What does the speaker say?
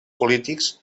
polítics